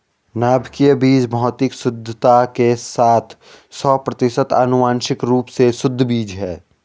नाभिकीय बीज भौतिक शुद्धता के साथ सौ प्रतिशत आनुवंशिक रूप से शुद्ध बीज है